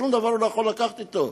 שום דבר הוא לא יכול לקחת אתו.